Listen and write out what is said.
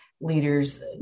leaders